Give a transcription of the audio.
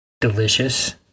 Delicious